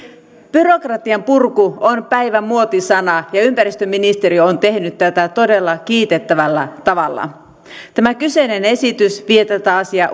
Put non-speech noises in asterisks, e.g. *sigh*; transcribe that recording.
byrokratian purku on päivän muotisana ja ympäristöministeriö on tehnyt tätä todella kiitettävällä tavalla tämä kyseinen esitys vie tätä asiaa *unintelligible*